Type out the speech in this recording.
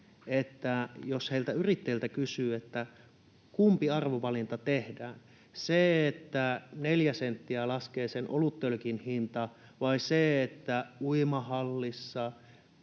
että jos näiltä yrittäjiltä kysyy, kumpi arvovalinta tehdään, se, että neljä senttiä laskee sen oluttölkin hinta, vai se, että uimahallissa,